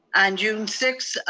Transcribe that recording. on june sixth,